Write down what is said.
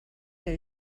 that